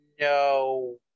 No